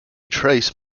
trace